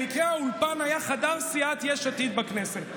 במקרה, האולפן היה חדר סיעת יש עתיד בכנסת.